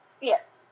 Yes